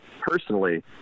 personally